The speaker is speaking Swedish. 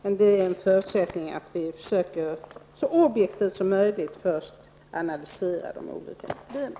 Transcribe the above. En förutsättning är att vi först försöker att så objektivt som möjligt analysera de olika systemen.